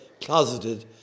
closeted